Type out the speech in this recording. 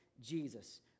Jesus